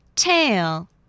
Tail